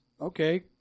okay